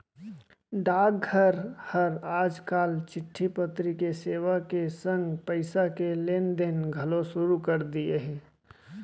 डाकघर हर आज काल चिट्टी पतरी के सेवा के संग पइसा के लेन देन घलौ सुरू कर दिये हे